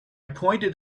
pointed